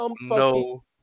no